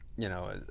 you know,